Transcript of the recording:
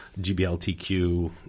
GBLTQ